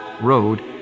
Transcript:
Road